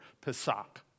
Pesach